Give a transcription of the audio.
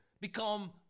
Become